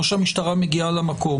או שהמשטרה מגיעה למקום,